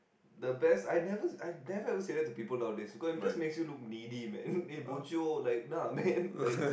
the best I never I never ever say that to people nowadays because it just makes you look needy man eh bo jio like nah man